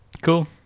Cool